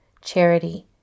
charity